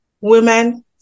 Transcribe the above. women